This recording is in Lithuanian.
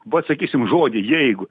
vat sakysim žodį jeigu